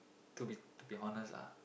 to be to be honest ah